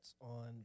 on